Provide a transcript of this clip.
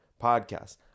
podcasts